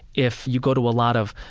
if you go to a lot of,